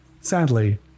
Sadly